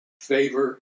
favor